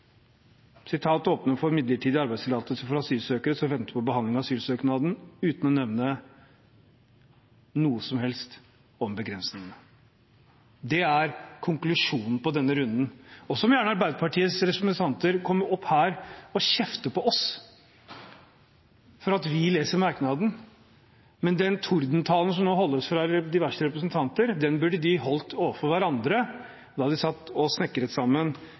for midlertidig arbeidstillatelse for asylsøkere som venter på behandling av asylsøknaden» uten å nevne noe som helst om begrensningene. Det er konklusjonen på denne runden. Så må gjerne Arbeiderpartiets representanter komme opp her og kjefte på oss for at vi leser merknaden. Men den tordentalen som holdes av diverse representanter, burde de holdt overfor hverandre da de satt og snekret sammen